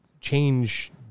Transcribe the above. change